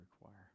require